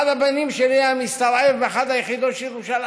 אחד הבנים שלי היה מסתערב באחת היחידות של ירושלים,